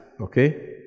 okay